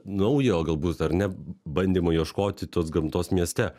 naujo galbūt ar ne bandymų ieškoti tos gamtos mieste